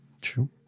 True